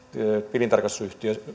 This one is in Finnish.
tilintarkastusyhtiön